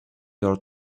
your